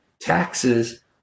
taxes